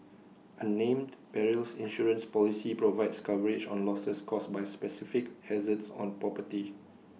A named Perils Insurance Policy provides coverage on losses caused by specific hazards on property